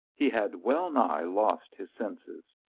he had well nigh lost his senses.